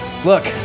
Look